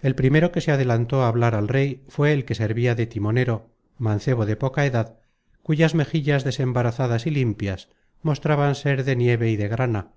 el primero que se adelantó a hablar al rey fué el que servia de timonero mancebo de poca edad cuyas mejillas desembarazadas y limpias mostraban ser de nieve y de grana